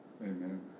Amen